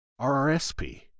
RRSP